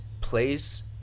place